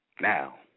Now